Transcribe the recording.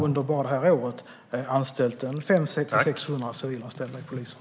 Under bara detta år har vi anställt ett stort antal civilanställda inom polisen.